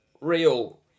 real